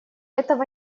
этого